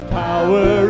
power